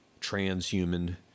transhuman